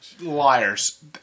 Liars